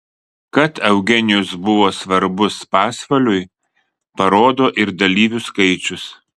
kad eugenijus buvo svarbus pasvaliui parodo ir dalyvių skaičius